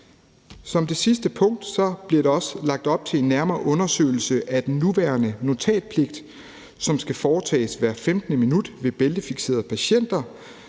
Som det sidste punkt bliver der også lagt op til en nærmere undersøgelse af den nuværende notatpligt, som skal foretages hvert 15. minut ved bæltefiksering af patienter.